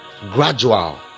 gradual